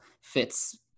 fits